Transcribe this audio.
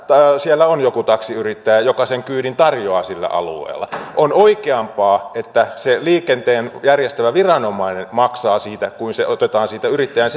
siellä on joku taksiyrittäjä joka sen kyydin tarjoaa sillä alueella on oikeampaa että se liikenteen järjestävä viranomainen maksaa siitä kuin että se otetaan yrittäjän